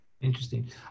Interesting